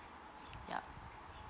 yup